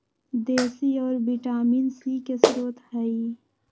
देशी औरा vitamin C के स्रोत हई